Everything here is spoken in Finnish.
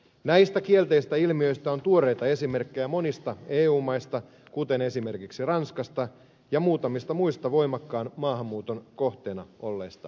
näistä kielteisistä ilmiöistä on tuoreita esimerkkejä monista eu maista kuten esimerkiksi ranskasta ja muutamista muista voimakkaan maahanmuuton kohteena olleista maista